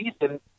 season